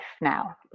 now